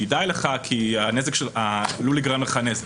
כדאי לך כי עלול להיגרם לך נזק.